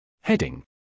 Heading